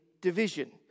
division